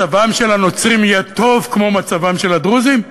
מצבם של הנוצרים יהיה טוב כמו מצבם של הדרוזים?